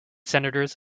senators